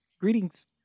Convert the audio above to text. Greetings